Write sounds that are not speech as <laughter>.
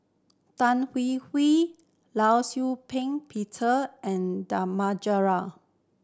Tan Hwee Hwee Law Shau Ping Peter and <unintelligible>